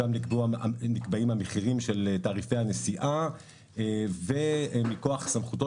שם נקבעים המחירים של תעריפי הנסיעה ומכוח סמכותו